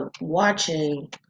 watching